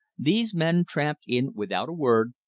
these men tramped in without a word,